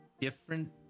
different